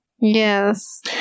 Yes